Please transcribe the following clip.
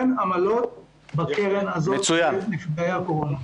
אין עמלות בקרן הזאת של נפגעי הקורונה.